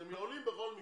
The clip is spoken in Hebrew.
הם עולים בכל מקרה